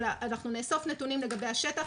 אנחנו נאסוף נתונים לגבי השטח,